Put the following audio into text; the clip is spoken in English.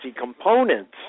components